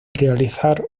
realizar